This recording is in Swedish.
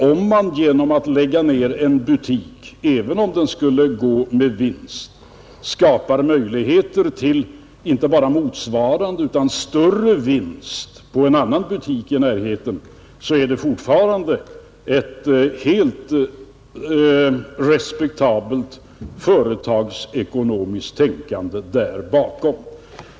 Om man genom att lägga ner en butik — även om den skulle gå med vinst — skapar möjligheter till inte bara motsvarande utan även större vinst på en annan butik i närheten, är det fortfarande ett helt respektabelt företagsekonomiskt tänkande bakom åtgärden.